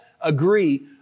agree